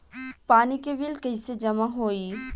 पानी के बिल कैसे जमा होयी?